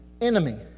enemy